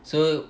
so